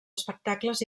espectacles